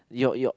you're you're